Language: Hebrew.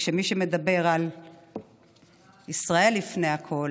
ומי שמדבר על ישראל לפני הכול,